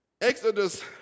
Exodus